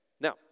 Now